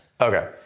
Okay